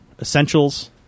Essentials